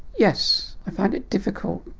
yes, i find it difficult,